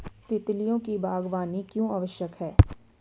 तितलियों की बागवानी क्यों आवश्यक है?